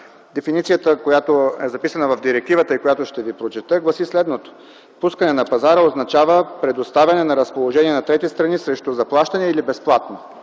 Дефиницията, която е записана в директивата и която ще ви прочета, гласи следното: „Пускане на пазара” означава предоставяне на разположение на трети страни срещу заплащане или безплатно.”